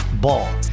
Ball